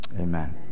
amen